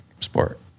sport